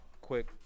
Quick